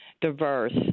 diverse